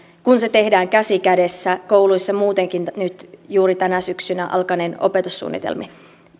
kun se tehdään käsi kädessä kouluissa muutenkin nyt juuri tänä syksynä alkaneen opetussuunnitelmien